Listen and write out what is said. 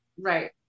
Right